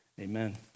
Amen